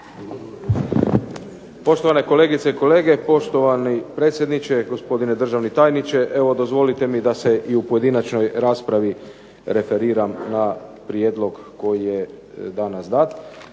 Poštovane kolegice i kolege, poštovani predsjedniče, gospodine državni tajniče. Evo dozvolite mi da se i u pojedinačnoj raspravi referiram na prijedlog koji je danas dat